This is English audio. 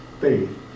faith